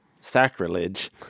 sacrilege